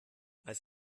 als